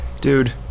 Dude